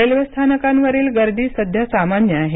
railway स्थानकांवरील गर्दी सामान्य आहे